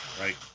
right